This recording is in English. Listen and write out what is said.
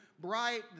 bright